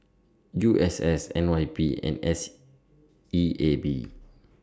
U S S N Y P and S E A B